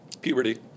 Puberty